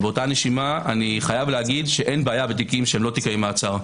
באותה נשימה, אין בעיה בתיקים שאינם תיקי מעצר.